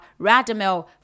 Radamel